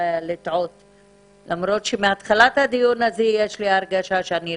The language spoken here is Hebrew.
למה יש תור המתנה לממשלתי ומכסות ריקות בלא